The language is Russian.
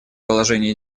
положении